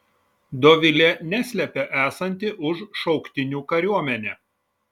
dovilė neslepia esanti už šauktinių kariuomenę